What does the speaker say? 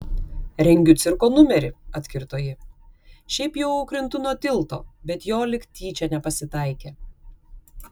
rengiu cirko numerį atkirto ji šiaip jau krintu nuo tilto bet jo lyg tyčia nepasitaikė